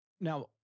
now